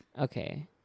Okay